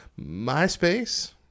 MySpace